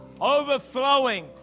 overflowing